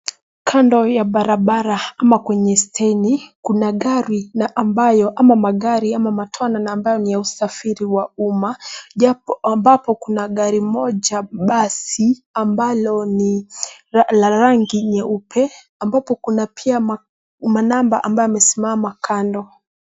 Kando ya barabara ama kwenye steni kuna gari na ambayo ama magari ama matwana na ambayo ni ya usafiri wa umma ambapo kuna gari moja basi ambalo ni la rangi nyeupe ambapo kuna pia manamba ambaye amesimama kando.